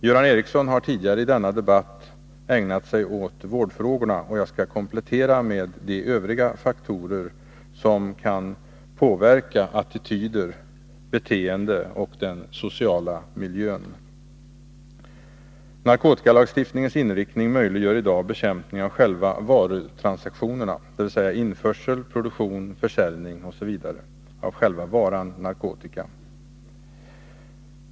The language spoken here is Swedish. Göran Ericsson har tidigare i denna debatt ägnat sig åt vårdfrågorna, och jag skall komplettera med de övriga faktorer som kan påverka attityder, beteenden och den sociala miljön. Narkotikalagstiftningens inriktning möjliggör i dag bekämpning av själva varutransaktionerna, dvs. införsel, produktion, försäljning osv. av själva varan narkotika.